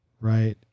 right